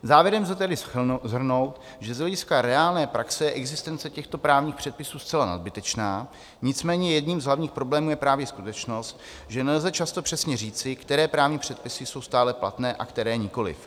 Závěrem lze tedy shrnout, že z hlediska reálné praxe je existence těchto právních předpisů zcela nadbytečná, nicméně jedním z hlavních problémů je právě skutečnost, že nelze často přesně říci, které právní předpisy jsou stále platné a které nikoliv.